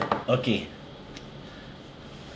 okay